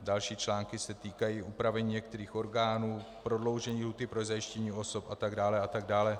Další články se týkají úpravy některých orgánů, prodloužení lhůty pro zajištění osob a tak dále a tak dále.